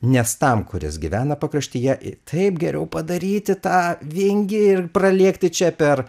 nes tam kuris gyvena pakraštyje taip geriau padaryti tą vingį ir pralėkti čia per